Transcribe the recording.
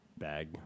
Bag